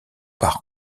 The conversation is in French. par